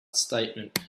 statement